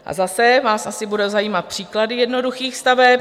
A zase vás asi budou zajímat příklady jednoduchých staveb.